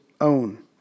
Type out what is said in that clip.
own